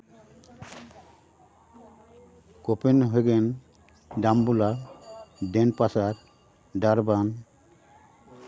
ᱠᱳᱯᱮᱱ ᱦᱟᱜᱮᱱ ᱡᱟᱢᱵᱩᱞᱟ ᱰᱮᱱᱯᱟᱥᱟᱨ ᱰᱟᱨᱵᱟᱱ